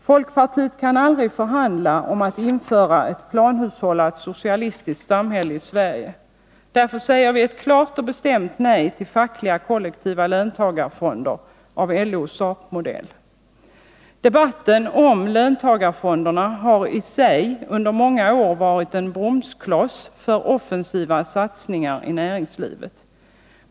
Folkpartiet kan aldrig förhandla om att införa ett planhushållat, socialistiskt samhälle i Sverige. Därför säger vi ett klart och bestämt nej till fackliga kollektiva löntagarfonder av LO-SAP-modell. Debatten om löntagarfonderna har i sig under många år varit en bromskloss för offensiva satsningar i näringslivet.